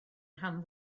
rhan